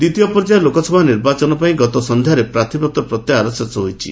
ଦ୍ୱିତୀୟ ପର୍ଯ୍ୟାୟ ଲୋକସଭା ନିର୍ବାଚନ ପାଇଁ ଗତ ସନ୍ଧ୍ୟାରେ ପ୍ରାର୍ଥୀପତ୍ର ପ୍ରତ୍ୟାହାର ଶେଷ ହୋଇଛି